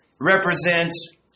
represents